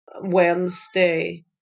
Wednesday